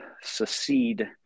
succeed